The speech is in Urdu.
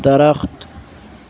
درخت